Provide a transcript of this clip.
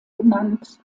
genannt